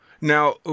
now